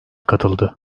katıldı